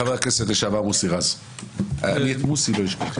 חבר הכנסת לשעבר מוסי רז, בבקשה.